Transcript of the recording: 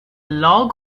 log